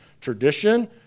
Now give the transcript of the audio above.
tradition